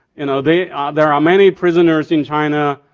you know there there are many prisoners in china.